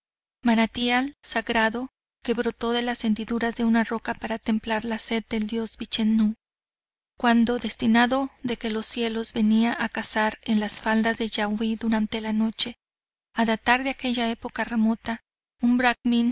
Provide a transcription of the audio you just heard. manantial sagrado que broto de las hendiduras de una roca para templar la sed del dios vichenú cuando destinado de los cielos venia a cazar en las faldas del jabwi durante la noche a datar de aquella época remota un